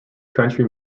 country